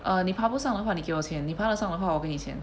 哦你爬不上的话你给我钱你爬得上的话我给你钱